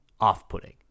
off-putting